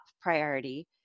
priority